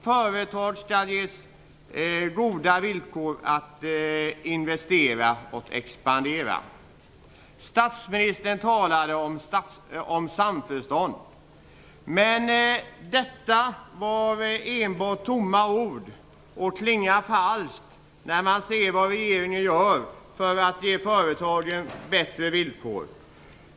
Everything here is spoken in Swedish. Företag skall ges goda villkor att investera och expandera. Statsministern talade om samförstånd. Men det var enbart tomma ord. De klingar falskt när man ser vad regeringen gör för att ge företagen bättre villkor.